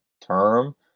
term